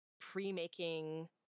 pre-making